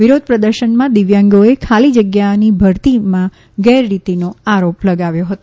વિરોધ પ્રદર્શનમાં દિવ્યાંગોએ ખાલી જગ્યાની ભરતીમાં ગેરરીતીનો આરોપ લગાવ્યો હતો